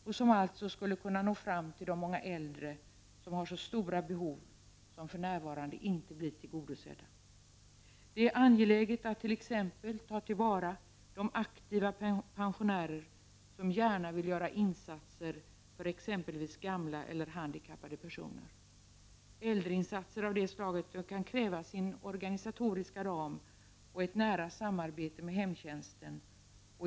Därigenom skulle de resurserna alltså kunna nå fram till de många äldre som har stora behov som för närvarande inte blir tillgodosedda. Det är t.ex. angeläget att ta till vara de aktiva pensionärer som gärna vill göra insatser för t.ex. gamla eller handikappade personer. Äldreinsatser av det slaget kan kräva sin organisatoriska ram och ett nära samarbete med hemtjänsten.